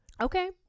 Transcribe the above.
okay